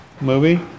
movie